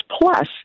plus